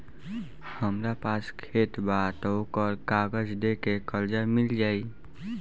हमरा पास खेत बा त ओकर कागज दे के कर्जा मिल जाई?